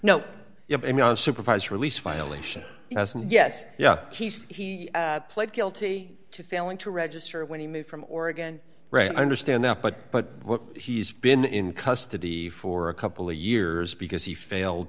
no supervised release violation yes and yes yeah he pled guilty to failing to register when he moved from oregon right i understand that but but he's been in custody for a couple of years because he failed